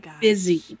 busy